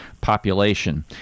population